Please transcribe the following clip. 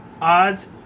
odds